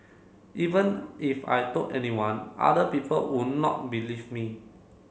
even if I told anyone other people would not believe me